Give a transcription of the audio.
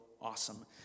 awesome